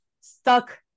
stuck